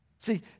See